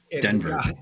Denver